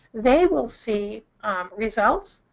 they will see results,